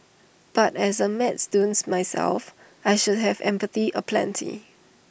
but as A maths dunce myself I should have empathy aplenty